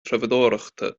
treabhdóireachta